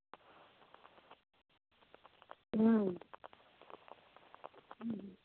हाँ